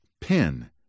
Pin